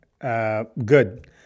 good